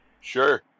Sure